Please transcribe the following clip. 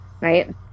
Right